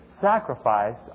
sacrifice